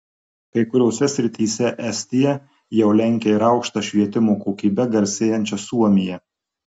kai kuriose srityse estija jau lenkia ir aukšta švietimo kokybe garsėjančią suomiją